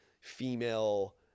female